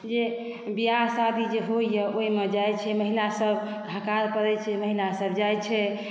जे बियाह शादी जे होइए ओहिमे जाइ छै महिला सभ हकार पड़ै छै महिला सभ जाइ छै